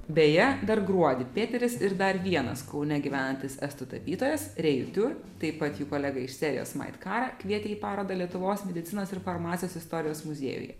beje dar gruodį pėteris ir dar vienas kaune gyvenantis estų tapytojas rėju tiur taip pat jų kolega iš sirijos maid kara kvietė į parodą lietuvos medicinos ir farmacijos istorijos muziejuje